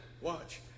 Watch